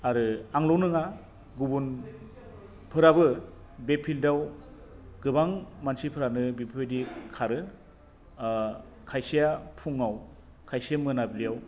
आरो आंल' नोङा गुबुनफोराबो बे फिल्दाव गोबां मानसिफोरानो बेफोरबादि खारो खायसेया फुङाव खायसेया मोनाब्लियाव